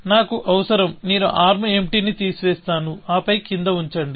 నాకు అవసరం నేను ఆర్మ్ ఎంప్టీ ని తీసివేస్తాను ఆపై కింద ఉంచండి